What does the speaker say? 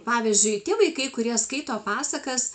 pavyzdžiui tie vaikai kurie skaito pasakas